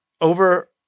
over